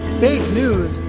fake news,